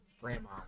grandma